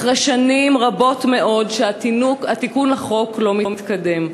אחרי שנים רבות מאוד שהתיקון לחוק לא מתקדם.